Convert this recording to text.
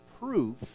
proof